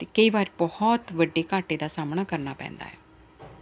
ਅਤੇ ਕਈ ਵਾਰ ਬਹੁਤ ਵੱਡੇ ਘਾਟੇ ਦਾ ਸਾਹਮਣਾ ਕਰਨਾ ਪੈਂਦਾ